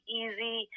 easy